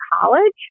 college